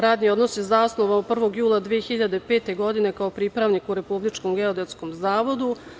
Radni odnos je zasnovao 1. jula 2005. godine kao pripravnik u Republičkom geodetskom zavodu.